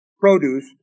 produce